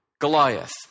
Goliath